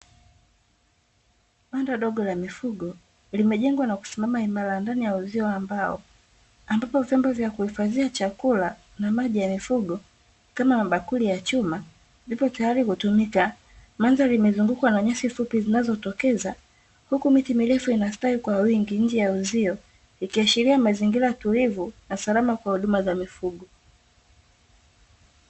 Banda ndogo la mifugo limejengwa na kusimama imara ndani ya uzio wa mbao, ambapo vyombo vya kuhifadhia chakula na maji ya mifugo kama mabakuli ya chuma vipo tayari kutumika, mandhari imezungukwa na nyasi fupi zinazotokeza huku miti mirefu inastawi kwa wingi nje ya uzio ikiashiria mazingira tulivu na salama kwa huduma za mifugo.